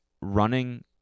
running